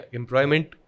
employment